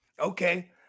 Okay